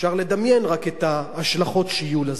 אפשר לדמיין רק את ההשלכות שיהיו לזה.